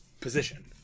Position